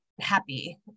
happy